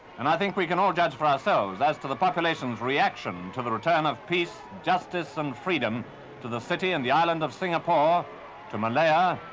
and i think we can all judge for ourselves as to the population's reaction to the return of peace, justice, and freedom to the city and island of singapore to malaya,